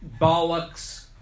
Bollocks